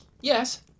Yes